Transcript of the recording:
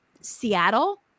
Seattle